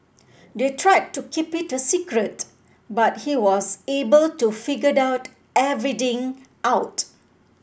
they tried to keep it a secret but he was able to figure the everything out